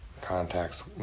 contacts